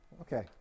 okay